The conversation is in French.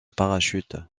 parachute